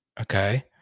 Okay